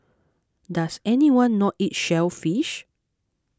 does anyone not eat shellfish